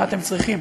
מה אתם צריכים?